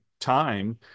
time